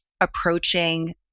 approaching